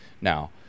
now